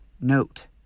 note